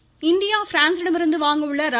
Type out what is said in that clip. பேல் இந்தியா பிரான்சிடமிருந்து வாங்க உள்ள ர